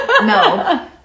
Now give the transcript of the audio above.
no